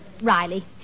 Riley